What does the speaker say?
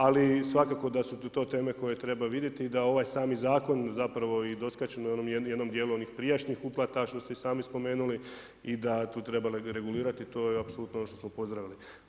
Ali svakako da su to teme koje treba vidjeti i da ovaj sami zakon i doskače u jednom dijelu onih prijašnjih uplata, što ste i sami spomenuli i da tu treba regulirati to je i apsolutno ono što smo pozdravili.